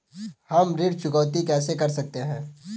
हम ऋण चुकौती कैसे कर सकते हैं?